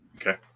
okay